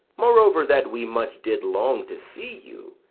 moreover that we much did long to see you,